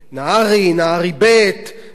וכל החוקים האלה שעברו כאן,